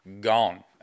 gone